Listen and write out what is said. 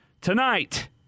Tonight